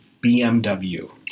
BMW